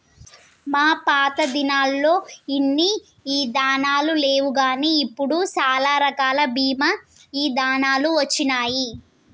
మా పాతదినాలల్లో ఇన్ని ఇదానాలు లేవుగాని ఇప్పుడు సాలా రకాల బీమా ఇదానాలు వచ్చినాయి